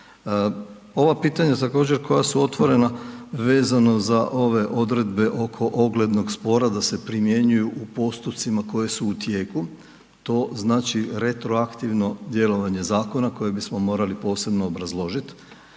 Ova pitanja također koja su otvorena, vezano za ove odredbe oko oglednog spora da se primjenjuju u postupcima koji su u tijeku, to znači retroaktivno djelovanje zakona koje bismo morali posebno obrazložit,